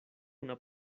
una